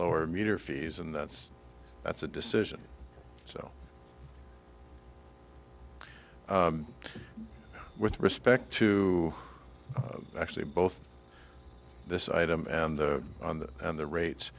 lower meter fees and that's that's a decision so with respect to actually both this item and on that and the rates